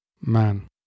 Man